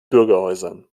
bürgerhäusern